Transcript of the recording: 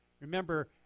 Remember